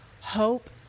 hope